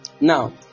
Now